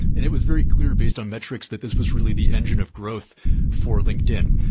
it was very clear based on metrics that this was really the engine of growth for linkedin.